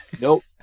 Nope